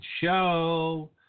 show